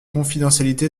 confidentialité